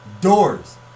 doors